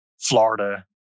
Florida